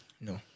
No